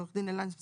עו"ד עילם שניר.